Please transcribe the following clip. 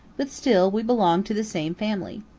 but still we belong to the same family.